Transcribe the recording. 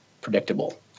predictable